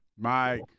Mike